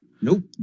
Nope